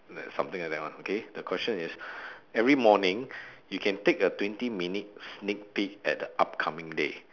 like something like that [one] okay the question is every morning you can take a twenty minute sneak peak at the upcoming day